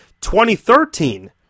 2013